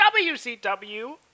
WCW